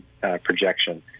projection